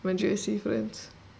my J_C friends